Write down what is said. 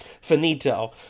Finito